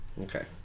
Okay